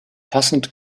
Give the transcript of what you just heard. passend